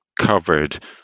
covered